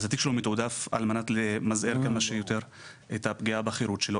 אז התיק שלו מתועדף על מנת למזער כמה שיותר את הפגיעה בחירות שלו.